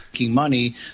money